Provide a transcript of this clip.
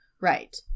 right